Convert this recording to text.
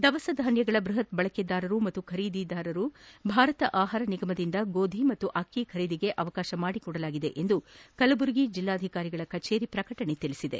ದವಸ ಧಾನ್ವಗಳ ಬೃಹತ್ ಬಳಕೆದಾರರು ಪಾಗೂ ಖರೀದಿದಾರರು ಭಾರತ ಆಹಾರ ನಿಗಮದಿಂದ ಗೋಧಿ ಮತ್ತು ಅಕ್ಕಿ ಖರೀದಿಗೆ ಅವಕಾಶ ಮಾಡಿಕೊಡಲಾಗಿದೆ ಎಂದು ಕಲಬುರಗಿ ಜಿಲ್ಲಾಧಿಕಾರಿಗಳ ಕಚೇರಿ ಪ್ರಕಟಣೆ ತಿಳಿಸಿದೆ